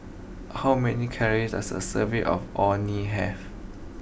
how many calories does a serving of Orh Nee have